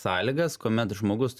sąlygas kuomet žmogus